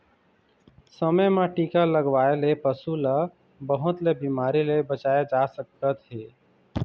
समे म टीका लगवाए ले पशु ल बहुत ले बिमारी ले बचाए जा सकत हे